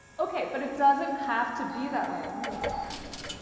okay. but it doesn't have to be that way. um let me look at time. okay.